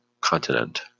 continent